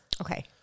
Okay